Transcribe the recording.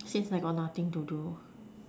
since I got nothing to do